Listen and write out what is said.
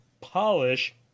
polish